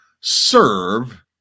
Serve